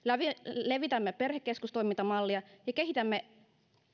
levitämme perhekeskustoimintamallia ja kehitämme